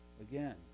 again